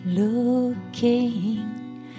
Looking